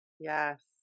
Yes